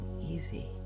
easy